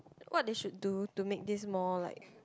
what they should do to make this more like